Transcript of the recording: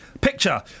Picture